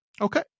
Okay